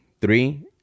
three